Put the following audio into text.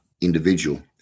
individual